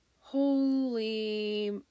holy